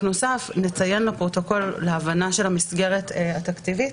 נציין לפרוטוקול להבנה של המסגרת התקציבית